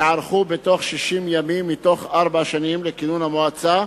ייערכו בתוך 60 ימים מתום ארבע שנים לכינון המועצה,